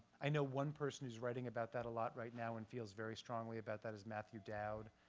i know one person who's writing about that a lot right now and feels very strongly about that is matthew dowd,